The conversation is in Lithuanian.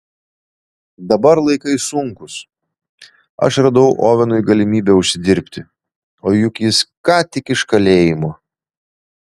dabar laikai sunkūs aš radau ovenui galimybę užsidirbti o juk jis ką tik iš kalėjimo